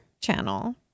channel